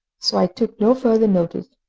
so i took no further notice,